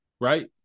Right